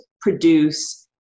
produce